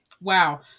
Wow